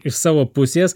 iš savo pusės